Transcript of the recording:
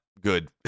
good